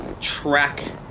track